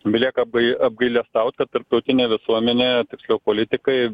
belieka apgailestaut kad tarptautinė visuomenė tiksliau politikai